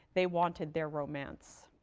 they wanted their romance.